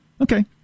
Okay